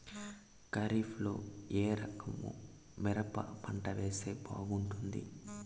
ఖరీఫ్ లో ఏ రకము మిరప పంట వేస్తే బాగుంటుంది